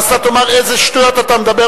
ואז אתה תאמר: איזה שטויות אתה מדבר,